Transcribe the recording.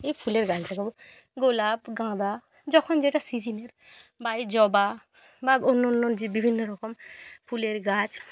এই ফুলের গাছ লাগাব গোলাপ গাঁদা যখন যেটা সিজনের বা এই জবা বা অন্য অন্য যে বিভিন্ন রকম ফুলের গাছ